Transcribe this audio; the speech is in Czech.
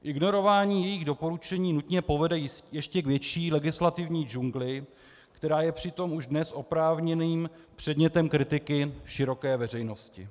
Ignorování jejích doporučení nutně povede ještě k větší legislativní džungli, která je přitom už dnes oprávněným předmětem kritiky široké veřejnosti.